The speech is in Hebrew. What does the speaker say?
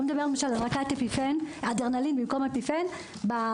הוא דיבר על אדרנלין במקום אפיפן בקהילה,